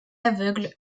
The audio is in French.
aveugle